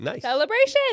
celebration